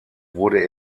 wurde